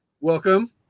welcome